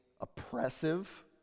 oppressive